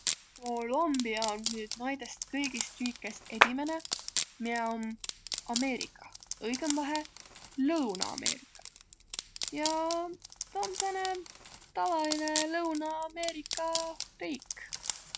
Kolumbia om nüüd naidõst kõigist riikest edimäne, miä om Ameerikah, õigõmbahe Lõuna-Ameerikah, ja ta om sääne tavalinõ Lõuna-Ameerika riik.